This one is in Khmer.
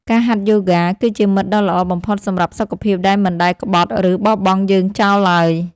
ការហាត់យូហ្គា គឺជាមិត្តដ៏ល្អបំផុតសម្រាប់សុខភាពដែលមិនដែលក្បត់ ឬបោះបង់យើងចោលឡើយ។